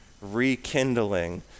rekindling